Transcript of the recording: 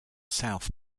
south